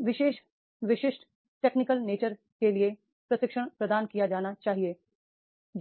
इन विशेष विशिष्ट technical nature के लिए प्रशिक्षण प्रदान किया जाना चाहिए